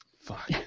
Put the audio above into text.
Fuck